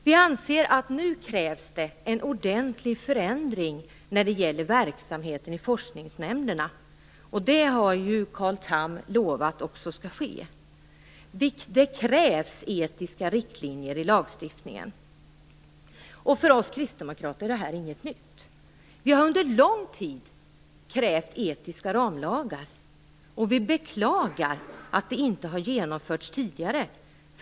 Vi anser att det nu krävs en ordentlig förändring av verksamheten i forskningsnämnderna. Det skall ju också ske, det har Carl Tham lovat. Det krävs etiska riktlinjer i lagstiftningen. För oss kristdemokrater är det här inget nytt. Vi har under lång tid krävt etiska ramlagar. Vi beklagar att det inte har genomförts tidigare.